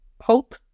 hope